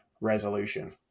resolution